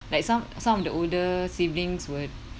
like some some of the older siblings would